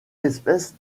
espèces